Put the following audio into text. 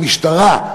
המשטרה,